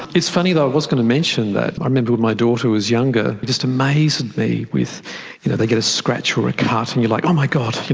it's funny, though, i was going to mention that. i remember when my daughter was younger, it just amazed me, you know they get a scratch or a cut and you're like, oh, my god!